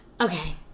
Okay